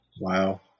Wow